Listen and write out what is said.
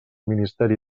ministeri